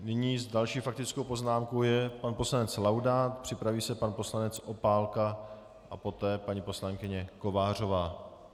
Nyní s další faktickou poznámkou je pan poslanec Laudát, připraví se pan poslanec Opálka a poté paní poslankyně Kovářová.